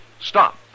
stop